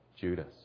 Judas